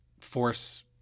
force